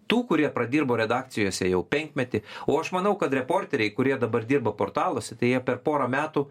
tų kurie pradirbo redakcijose jau penkmetį o aš manau kad reporteriai kurie dabar dirba portaluose tai jie per porą metų